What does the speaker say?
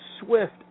swift